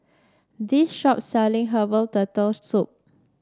this shop selling Herbal Turtle Soup